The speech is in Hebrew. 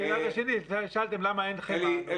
וביד השנייה שאלתם למה אין חמאה.